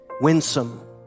winsome